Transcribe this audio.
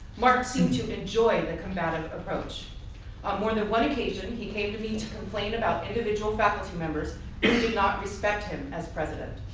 mark seemed to enjoy the combative approach. on more than one occasion he came to me to complain about individual faculty members who did not respect him as president.